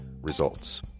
Results